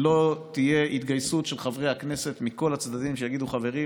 אם לא תהיה התגייסות של חברי הכנסת מכל הצדדים שיגידו: חברים,